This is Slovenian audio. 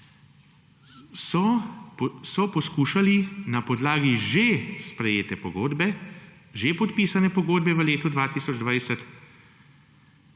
so poskušali na podlagi že sprejete pogodbe, že podpisane pogodbe v letu 2020